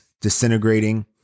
disintegrating